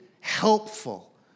helpful